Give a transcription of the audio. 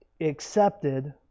accepted